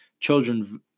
Children